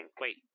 Wait